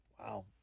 wow